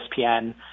ESPN